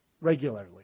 regularly